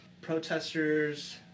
Protesters